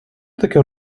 таке